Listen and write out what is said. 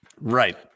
Right